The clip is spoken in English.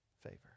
favor